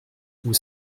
vous